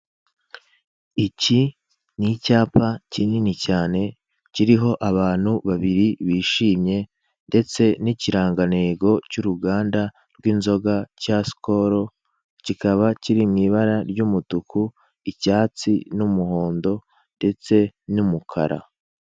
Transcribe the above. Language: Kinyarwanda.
Iki ni icyapa kinini cyane kiriho abantu babiri bishimye ndetse n'ikirangantego cyuruganda rw'inzoga cya sikoro, kikaba kiri mw'ibara ry'umutuku, icyatsi n'umuhondo ndetse n'umukara.